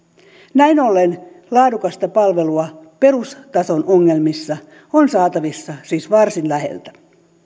näin ollen laadukasta palvelua perustason ongelmissa on saatavissa siis varsin läheltä